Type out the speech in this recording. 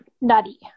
nutty